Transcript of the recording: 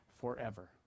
forever